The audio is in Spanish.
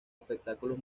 espectáculos